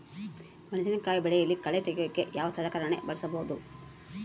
ಮೆಣಸಿನಕಾಯಿ ಬೆಳೆಯಲ್ಲಿ ಕಳೆ ತೆಗಿಯೋಕೆ ಯಾವ ಸಲಕರಣೆ ಬಳಸಬಹುದು?